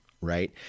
right